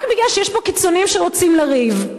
רק כי יש פה קיצונים שרוצים לריב.